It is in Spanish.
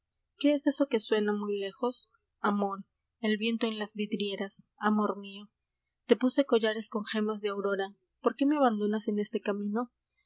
qué es eso que suena muy lejos amor el viento en las vidrieras amor mío te puse collares con gemas de aurora porqué me abandonas en este camino